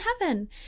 heaven